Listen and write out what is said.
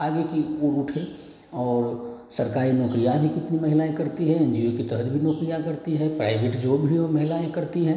आगे की ओर उठे और सरकारी नौकरियाँ भी कितनी महिलाएँ करती हैं जिओ के तहत भी नौकरियाँ करती है प्राइवेट जॉब भी ओ महिलाएँ करती हैं